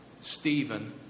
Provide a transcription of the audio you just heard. Stephen